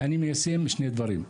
אני מיישם שני דברים.